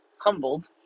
humbled